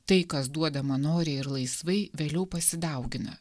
tai kas duodama noriai ir laisvai vėliau pasidaugina